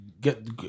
get –